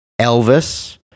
Elvis